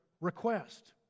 request